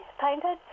painted